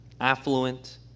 affluent